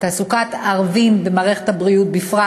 תעסוקת ערבים במערכת הבריאות בפרט